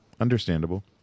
Understandable